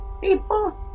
people